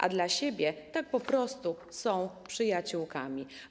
A dla siebie tak po prostu są przyjaciółkami.